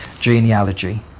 genealogy